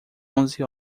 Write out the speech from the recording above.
onze